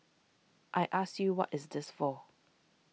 I ask you what is this for